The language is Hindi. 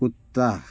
कुत्ता